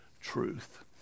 truth